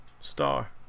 star